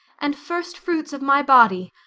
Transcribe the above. and first-fruits of my body,